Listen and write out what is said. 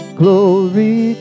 glory